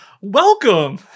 welcome